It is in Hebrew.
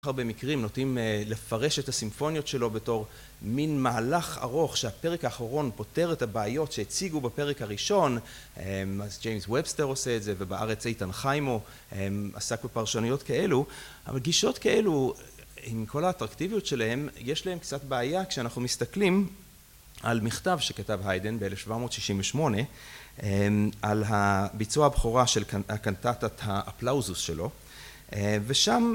כך הרבה מקרים נוטים לפרש את הסימפוניות שלו בתור מין מהלך ארוך שהפרק האחרון פותר את הבעיות שהציגו בפרק הראשון, אז ג'יימס ובסטר עושה את זה ובארץ איתן חיימו עסק בפרשנויות כאלו, אבל גישות כאלו, עם כל האטרקטיביות שלהן, יש להן קצת בעיה כשאנחנו מסתכלים על מכתב שכתב היידן ב-1768 על הביצוע הבכורה של קנטטת האפלאוזוס שלו, ושם